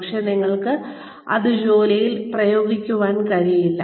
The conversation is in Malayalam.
പക്ഷേ നിങ്ങൾക്ക് അത് ജോലിയിൽ ഉപയോഗിക്കാൻ കഴിയില്ല